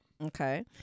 Okay